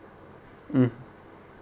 mm